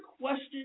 question